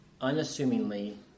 unassumingly